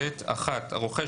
(ב)(1)הרוכש,